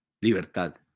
libertad